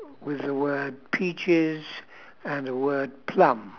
with the word peaches and the word plum